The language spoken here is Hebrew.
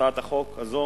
הצעת החוק הזו